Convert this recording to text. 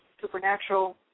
supernatural